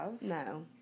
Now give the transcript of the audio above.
No